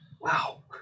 wow